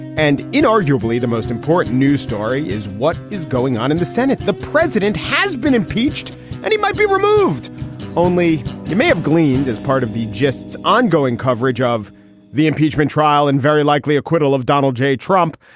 and in arguably the most important news story is what is going on in the senate. the president has been impeached and he might be removed only you may have gleaned as part of the justs ongoing coverage of the impeachment trial and very likely acquittal of donald j. trump.